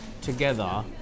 together